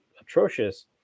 atrocious